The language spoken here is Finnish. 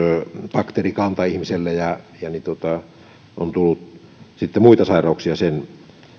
bakteerikanta ihmisellä ja on tullut sitten muita sairauksia sen